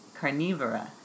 Carnivora